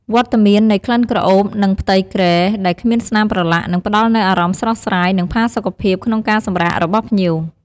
វត្តមាននៃក្លិនក្រអូប និងផ្ទៃគ្រែដែលគ្មានស្នាមប្រឡាក់ នឹងផ្តល់នូវអារម្មណ៍ស្រស់ស្រាយ និងផាសុកភាពក្នុងការសម្រាករបស់ភ្ញៀវ។